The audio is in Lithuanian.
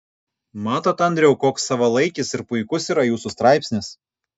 matot andriau koks savalaikis ir puikus yra jūsų straipsnis